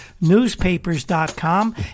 newspapers.com